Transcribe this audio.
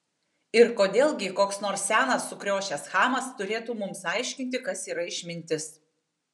ir kodėl gi koks nors senas sukriošęs chamas turėtų mums aiškinti kas yra išmintis